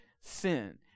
sin